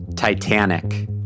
Titanic